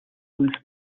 blue